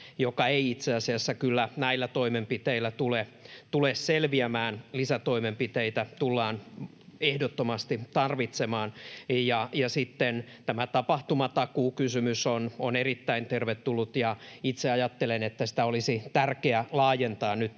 joka ei itse asiassa kyllä näillä toimenpiteillä tule selviämään, lisätoimenpiteitä tullaan ehdottomasti tarvitsemaan. Ja sitten tämä tapahtumatakuukysymys on erittäin tervetullut. Itse ajattelen, että sitä olisi tärkeä laajentaa nyt